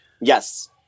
Yes